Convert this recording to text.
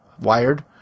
wired